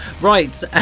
right